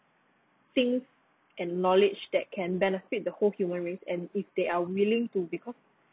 things and knowledge that can benefit the whole human race and if they are willing to because